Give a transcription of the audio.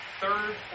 third